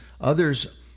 Others